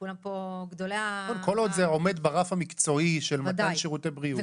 כולם פה כל עוד זה עומד ברף המקצועי של שירותי בריאות.